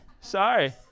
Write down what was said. Sorry